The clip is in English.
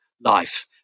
life